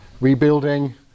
rebuilding